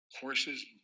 horses